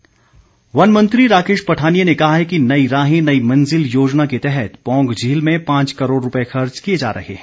पठानिया वन मंत्री राकेश पठानिया ने कहा है कि नई राहें नई मंजिल योजना के तहत पौंग झील में पांच करोड़ रूपए खर्च किए जा रहे हैं